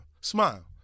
Smile